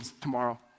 tomorrow